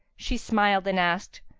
she smiled and asked,